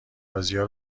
بازیا